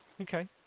Okay